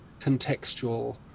contextual